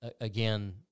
again